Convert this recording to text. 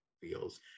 feels